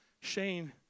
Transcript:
Shane